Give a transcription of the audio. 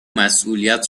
مسئولیت